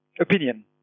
opinion